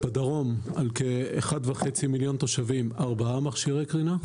בדרום על כ-1.5 מיליון תושבים 4 מכשירי קרינה,